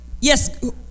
Yes